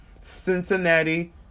Cincinnati